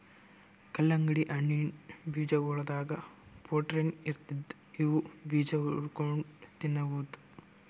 ಕಲ್ಲಂಗಡಿ ಹಣ್ಣಿನ್ ಬೀಜಾಗೋಳದಾಗ ಪ್ರೊಟೀನ್ ಇರ್ತದ್ ಇವ್ ಬೀಜಾ ಹುರ್ಕೊಂಡ್ ತಿನ್ಬಹುದ್